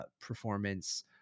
performance